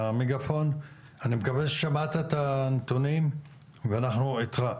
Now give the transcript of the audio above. אני מקווה ששמעת את הנתונים ואנחנו איתך.